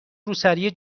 روسری